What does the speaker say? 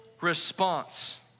response